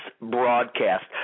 broadcast